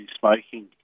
smoking